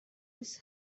his